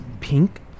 pink